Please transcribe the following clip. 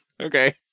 Okay